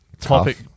topic